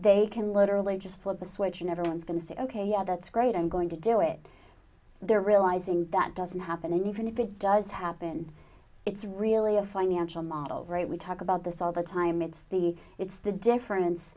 they can literally just flip a switch and everyone's going to say ok yeah that's great i'm going to do it they're realizing that doesn't happen and even if it does happen it's really a financial model right we talk about this all the time it's the it's the difference